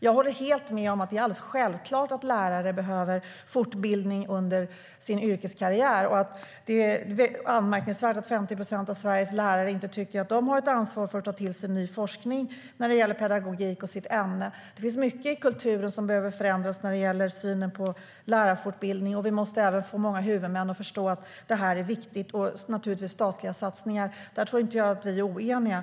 Jag håller helt med om att det är alldeles självklart att lärare behöver fortbildning under sin yrkeskarriär och att det är anmärkningsvärt att 50 procent av Sveriges lärare inte tycker att de har ett ansvar att ta till sig ny forskning när det gäller pedagogik och sitt ämne. Det finns mycket i kulturen som behöver förändras när det gäller synen på lärarfortbildning. Vi måste även få många huvudmän att förstå att det här är viktigt, och vi behöver naturligtvis statliga satsningar. Där tror jag inte att vi är oeniga.